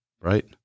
Right